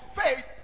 faith